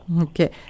Okay